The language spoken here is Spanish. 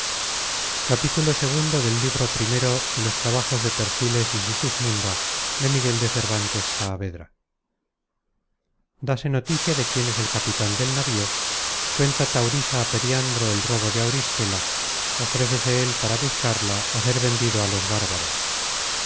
navío ii dase noticia de quién es el capitan del navío cuenta taurisa á periandro el robo de auristela ofrécese él para buscarla á ser vendido á los bárbaros